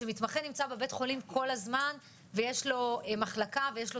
כשמתמחה נמצא בבית חולים כל הזמן ויש לו מחלקה ויש לו